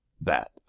That